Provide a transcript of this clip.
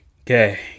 Okay